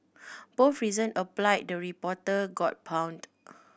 both reason apply the reporter got pawned